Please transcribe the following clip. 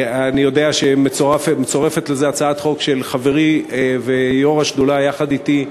אני יודע שמצורפת לזה הצעת חוק של חברי ויושב-ראש השדולה יחד אתי,